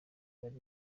bari